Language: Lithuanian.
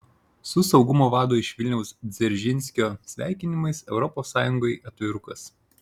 su saugumo vado iš vilniaus dzeržinskio sveikinimais europos sąjungai atvirukas